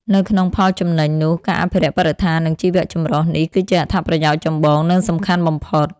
នៅក្នុងផលចំណេញនោះ ការអភិរក្សបរិស្ថាន និងជីវៈចម្រុះនេះគឺជាអត្ថប្រយោជន៍ចម្បង និងសំខាន់បំផុត។